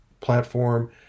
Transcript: platform